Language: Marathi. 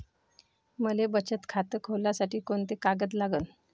मले बचत खातं खोलासाठी कोंते कागद लागन?